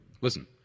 listen